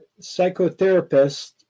psychotherapist